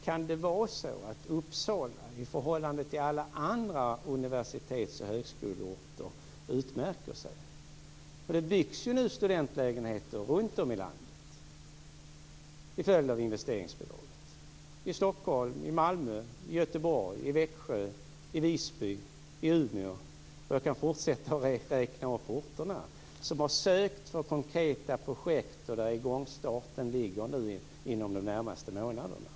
Kan det vara så att Uppsala i förhållande till alla andra universitets och högskoleorter utmärker sig? Det byggs ju studentlägenheter nu runtom i landet till följd av investeringsbidraget. Det byggs i Stockholm, Malmö, Göteborg, Växjö, Visby och Umeå. Jag kan fortsätta att räkna upp de orter som har sökt för konkreta projekt som igångsätts inom de närmaste månaderna.